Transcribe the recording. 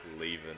Leaving